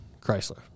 chrysler